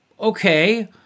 Okay